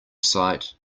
sight